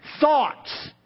thoughts